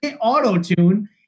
auto-tune